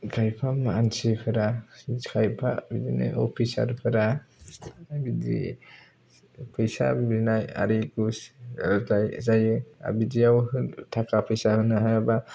खायफा मानसिफोरा खायफा बिदिनो अफिसार फोरा बिदि फैसा बिनाय आरि घुस जायो बिदियाव थाखा फैसा होनो हायाबा